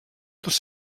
les